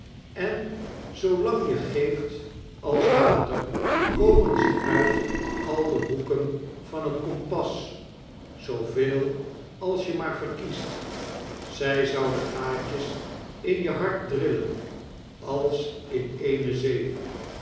en zoolang je geeft als water komen ze uit al de hoeken van t kompas zooveel als je maar verkiest zy zouden gaatjes in je hart drillen als in eene zeef